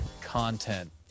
content